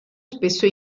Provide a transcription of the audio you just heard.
spesso